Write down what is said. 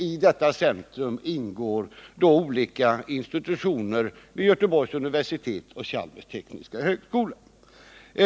I detta centrum ingår olika institutioner vid Göteborgs universitet och Chalmers tekniska högskola.